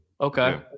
okay